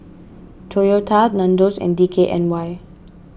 Toyota Nandos and D K N Y